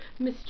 Mr